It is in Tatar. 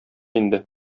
инде